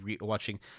watching